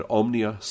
omnia